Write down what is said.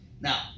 Now